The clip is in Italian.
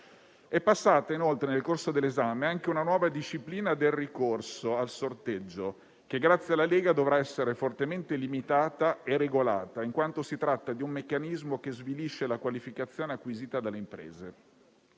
È passata, inoltre, nel corso dell'esame, una nuova disciplina del ricorso al sorteggio, che, grazie alla Lega, dovrà essere fortemente limitata e regolata, in quanto si tratta di un meccanismo che svilisce la qualificazione acquisita dalle imprese.